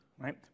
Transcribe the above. right